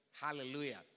Hallelujah